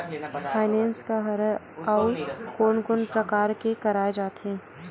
Finance का हरय आऊ कोन कोन प्रकार ले कराये जाथे?